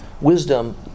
wisdom